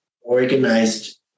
organized